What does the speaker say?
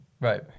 Right